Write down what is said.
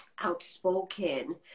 outspoken